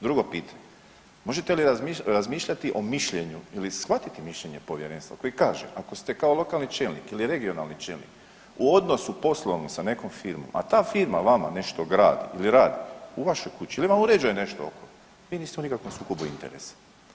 Drugo pitanje, možete li razmišljati o mišljenju ili shvatiti mišljenje povjerenstva koji kaže ako ste kao lokalni čelnik ili regionalni čelnik u odnosu poslovnom sa nekom firmom, a ta firma vama nešto gradi ili radi u vašoj kući ili ima uređeno nešto vi niste u nikakvom sukobu interesa.